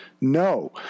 No